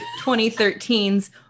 2013's